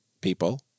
people